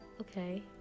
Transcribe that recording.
okay